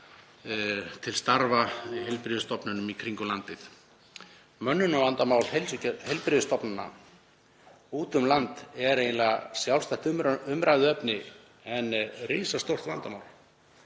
til starfa í heilbrigðisstofnunum í kringum landið. Mönnunarvandamál heilbrigðisstofnana úti um land er eiginlega sjálfstætt umræðuefni en risastórt vandamál.